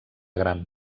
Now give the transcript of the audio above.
gran